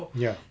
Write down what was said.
ya